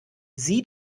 sie